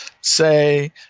say